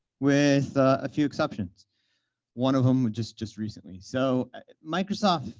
with a few exceptions one of them just just recently. so microsoft,